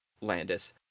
Landis